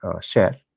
share